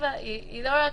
היא לא רק